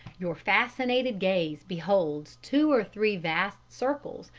your fascinated gaze beholds two or three vast circles,